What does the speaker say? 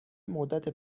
مدت